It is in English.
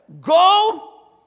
Go